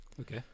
Okay